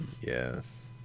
yes